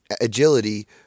agility